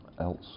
Else